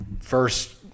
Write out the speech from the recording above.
First